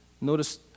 Notice